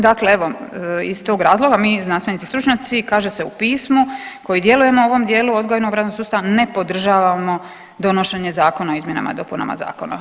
Dakle evo iz tog razloga mi znanstvenici stručnjaci kaže se u pismu koji djelujemo u ovom dijelu odgojno-obrazovnog sustava ne podržavamo donošenje Zakona o izmjenama i dopunama zakona.